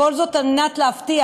כל זאת על מנת להבטיח